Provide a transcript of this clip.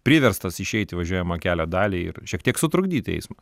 priverstas išeiti į važiuojamą kelio dalį ir šiek tiek sutrukdyt eismą